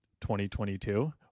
2022